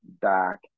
back